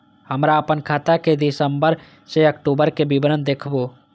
हमरा अपन खाता के सितम्बर से अक्टूबर के विवरण देखबु?